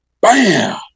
Bam